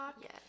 yes